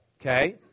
okay